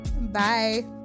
bye